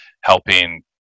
helping